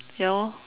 ya lor